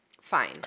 fine